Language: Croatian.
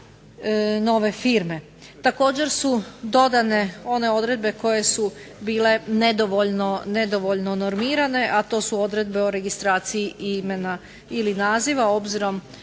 nove firme. Također su dodane one odredbe koje su bile nedovoljno normirane, a to su odredbe o registraciji imena ili naziva obzirom